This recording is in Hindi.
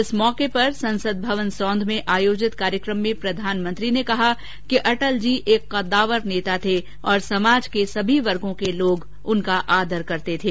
इस अवसर पर संसद भवन सौंध में आयोजित कार्यक्रम में प्रधानमंत्री ने कहा कि अटल जी एक कद्दावर नेता थे और समाज के सभी वर्गों के लोग उनका आदर करते थे